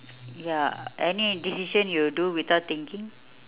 ya any decision you do without thinking